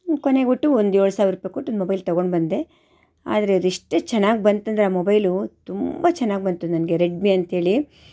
ಕೊನೆಗೆ ಒಟ್ಟು ಒಂದು ಏಳು ಸಾವಿರ ರೂಪಾಯಿ ಕೊಟ್ಟು ಒಂದು ಮೊಬೈಲ್ ತಗೊಂಡು ಬಂದೆ ಆದರೆ ಅದು ಎಷ್ಟು ಚೆನ್ನಾಗಿ ಬಂತು ಅಂದರೆ ಆ ಮೊಬೈಲೂ ತುಂಬ ಚೆನ್ನಾಗಿ ಬಂತು ನನಗೆ ರೆಡ್ಮಿ ಅಂತ ಹೇಳಿ